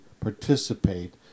participate